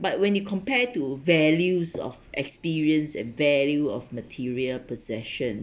but when you compare to values of experience and value of material possession